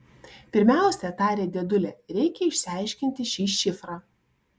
pirmiausia tarė dėdulė reikia išsiaiškinti šį šifrą